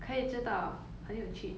可以知道很有趣